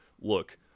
look